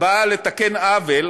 באה לתקן עוול,